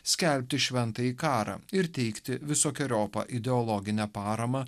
skelbti šventąjį karą ir teikti visokeriopą ideologinę paramą